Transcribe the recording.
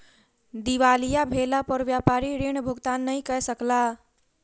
दिवालिया भेला पर व्यापारी ऋण भुगतान नै कय सकला